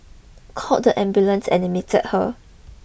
called the ambulance and admit her